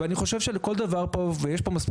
אני חושב שלכל דבר פה ויש פה מספיק